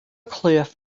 cliff